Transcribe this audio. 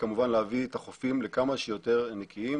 היא כמובן להביא את החופים להיות כמה שיותר נקיים.